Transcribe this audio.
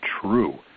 true